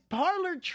parlor